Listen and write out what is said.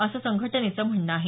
असं संघटनेचं म्हणणं आहे